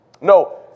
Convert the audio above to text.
No